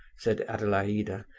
said adelaida,